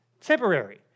temporary